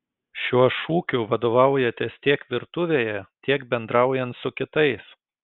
šiuo šūkiu vadovaujatės tiek virtuvėje tiek bendraujant su kitais